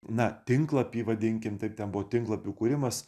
na tinklapį vadinkim taip ten buvo tinklapių kūrimas